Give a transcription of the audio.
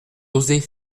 oser